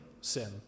sin